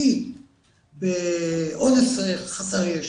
לדעתי באונס של חסר ישע,